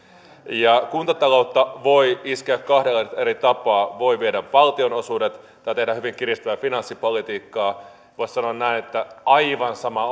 kuntataloutta voi iskeä kahdella eri tapaa voi viedä valtionosuudet tai tehdä hyvin kiristävää finanssipolitiikkaa voisi sanoa näin että aivan sama